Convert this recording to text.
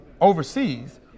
overseas